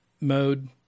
mode